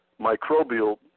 microbial